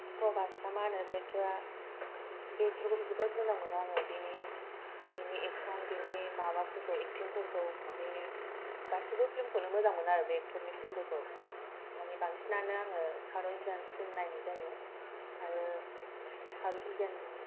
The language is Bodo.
प्रभास ना मा होनो बे एक्टरा बे एक्टरखौबो जोबोद मोजां मोनो आङो बेनि बेनि एक्सन बिनि माबाफोरखौ एक्टिंफोरखौ बिनि गासैबो फिल्मखौनो मोजां मोनो आरो बे एक्टरनि फिल्मफोरखौ माने बांसिनानो आङो साउथ इण्डियान फिल्म नायनाय जायो आरो साउथ इण्डियान